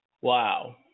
Wow